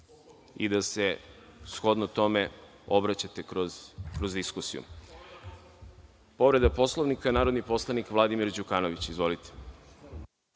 i da se shodno tome obraćate kroz diskusiju. Povreda Poslovnika, narodni poslanik Vladimir Đukanović. Izvolite.